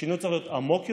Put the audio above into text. השינוי צריך להיות עמוק יותר,